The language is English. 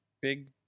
big